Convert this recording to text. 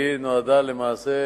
היא נועדה למעשה